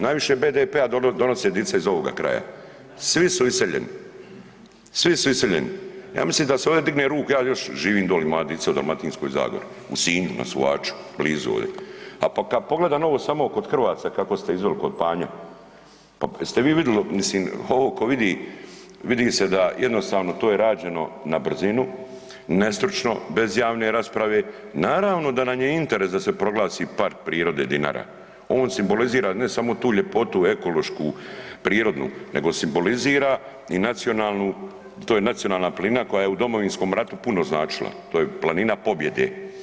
Najviše BDP-a donose dica iz ovoga kraja, svi su iseljeni, svi su iseljeni, ja mislim da se ovdje digne ruke, ja još živim doli i moja dica u Dalmatiskoj zagori, u Sinju na Suvaču blizu ovde, a kad pogledam ovo samo kod Hrvaca kako ste izveli kod Panja jeste li vidjeli, mislim ovo tko vidi, vidi se da jednostavno to je rađeno na brzinu, nestručno, bez javne rasprave, naravno da nam je interes da proglasi Park prirode Dinara, on simbolizirana ne samo tu ljepotu ekološku prirodnu, nego simbolizira i nacionalnu, to je nacionalna planina koja je u Domovinskom ratu puno značila, to je planina pobjede.